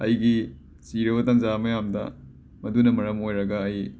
ꯑꯩꯒꯤ ꯆꯤꯔꯕ ꯇꯟꯖꯥ ꯃꯌꯥꯝꯗ ꯃꯗꯨꯅ ꯃꯔꯝ ꯑꯣꯏꯔꯒ ꯑꯩ